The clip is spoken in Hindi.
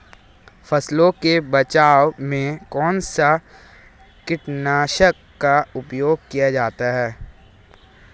फसलों के बचाव में कौनसा कीटनाशक का उपयोग किया जाता है?